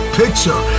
picture